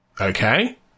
Okay